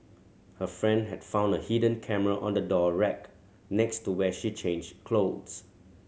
her friend had found a hidden camera on the door rack next to where she changed clothes